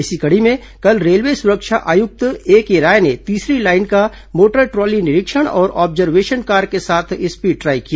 इसी कड़ी में कल रेलवे सुरक्षा आयुक्त एके राय ने तीसरी लाईन का मोटर ट्रॉली निरीक्षण और ऑब्जर्वेशन कार के साथ स्पीड ट्राई किया